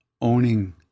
owning